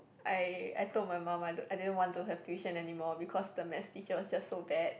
I I told my mum I don't I didn't want to have tuition anymore because the maths teacher was just so bad